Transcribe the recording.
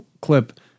clip